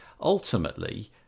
Ultimately